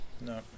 No